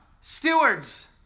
Stewards